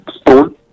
stone